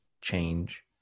change